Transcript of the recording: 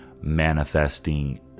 manifesting